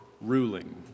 ruling